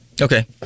Okay